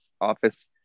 office